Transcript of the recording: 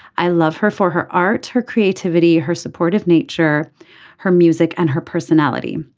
i love her for her art her creativity her supportive nature her music and her personality.